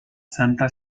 santa